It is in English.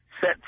set